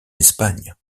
espagne